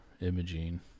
imaging